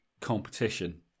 competition